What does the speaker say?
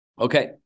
Okay